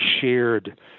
shared